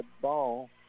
ball